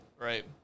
right